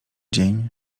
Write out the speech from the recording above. dzień